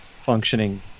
functioning